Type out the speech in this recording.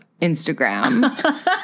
Instagram